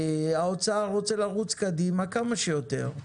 האוצר רוצה לרוץ קדימה כמה שיותר,